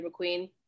McQueen